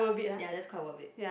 ya that's quite worth it